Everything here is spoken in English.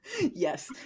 Yes